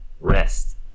rest